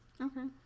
Okay